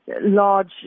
large